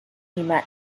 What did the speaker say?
mat